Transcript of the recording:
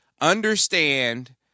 understand